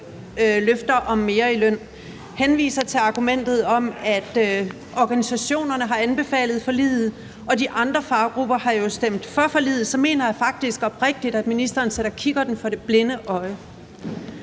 løfter om mere i løn, henviser til argumentet om, at organisationerne har anbefalet forliget, og at de andre faggrupper har stemt for forliget, mener jeg faktisk oprigtigt, at ministeren sætter kikkerten for det blinde øje.